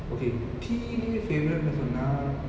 okay tea லியே:liye favourite னு சொன்னா:nu sonna